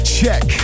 check